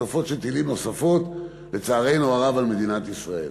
טילים נוספות, לצערנו הרב, על מדינת ישראל,